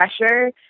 pressure